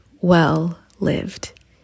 well-lived